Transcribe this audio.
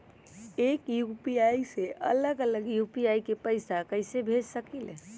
एक यू.पी.आई से अलग अलग सभी के पैसा कईसे भेज सकीले?